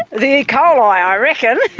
the e. coli i reckon!